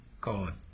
God